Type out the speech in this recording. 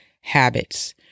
habits